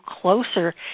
closer